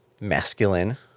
masculine